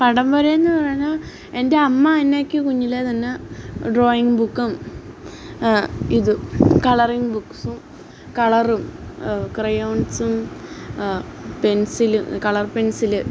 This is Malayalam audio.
പടം വര എന്ന് പറഞ്ഞാൽ എന്റെ അമ്മ എനിക്ക് കുഞ്ഞിലേ തന്നെ ഡ്രോയിങ് ബുക്കും ഇതും കളറിങ്ങ് ബുക്സും കളറും ക്രെയോണ്സും പെൻസില് കളർ പെൻസില്